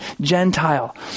Gentile